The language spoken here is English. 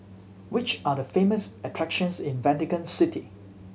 which are the famous attractions in Vatican City